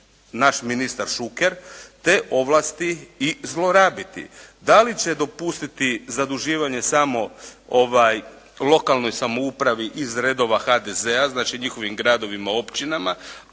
naš ministar Šuker te ovlasti i zlorabiti. Da li će dopustiti zaduživanje samo lokalnoj samoupravi iz redova HDZ-a, znači njihovim gradovima, općinama,